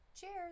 cheers